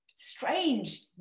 strange